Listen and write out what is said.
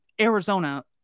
Arizona